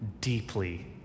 deeply